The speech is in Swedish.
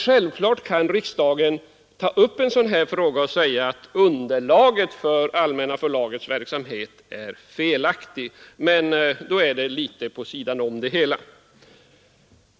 Självfallet kan riksdagen ta upp en sådan här fråga och säga att underlaget för Allmänna förlagets verksamhet är felaktigt, men det faller litet vid sidan av det hela.